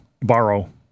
borrow